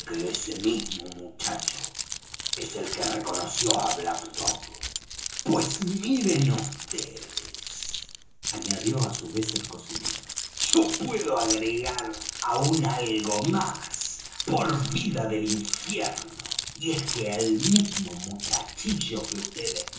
ese mismo muchacho es el que reconoció á black dog pues miren vds añadió á su vez el cocinero yo puedo agregar aún algo más por vida del infierno y es que el mismo muchachillo que